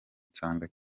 nsanga